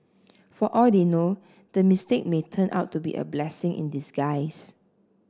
for all they know the mistake may turn out to be a blessing in disguise